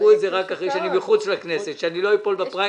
תדחו את זה רק אחרי שאני מחוץ לכנסת כדי שאני לא אפול בפריימריס.